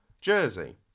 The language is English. jersey